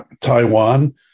taiwan